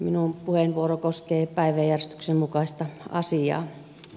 minun puheenvuoroni koskee päiväjärjestyksen mukaista asiaa